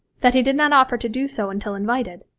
that he did not offer to do so until invited,